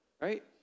right